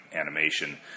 animation